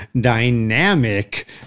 dynamic